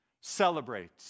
celebrates